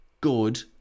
good